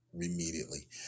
immediately